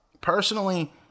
personally